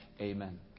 amen